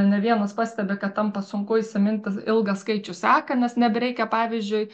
ne vienas pastebi kad tampa sunku įsiminti ilgą skaičių seką nes nebereikia pavyzdžiui